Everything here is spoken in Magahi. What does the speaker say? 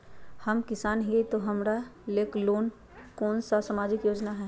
हम किसान हई तो हमरा ले कोन सा सामाजिक योजना है?